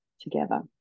together